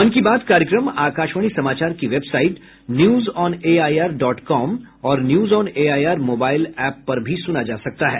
मन की बात कार्यक्रम आकाशवाणी समाचार की वेबसाइट न्यूजऑनएआईआर डॉट कॉम और न्यूजऑनएआईआर मोबाईल एप पर भी सुना जा सकता है